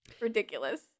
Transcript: Ridiculous